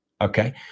okay